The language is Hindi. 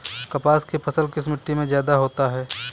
कपास की फसल किस मिट्टी में ज्यादा होता है?